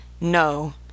No